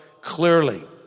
clearly